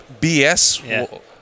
BS